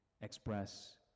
express